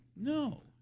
No